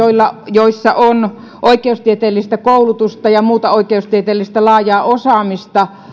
joissa on oikeustieteellistä koulutusta ja muuta laajaa oikeustieteellistä osaamista